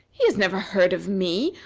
he has never heard of me!